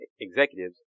executives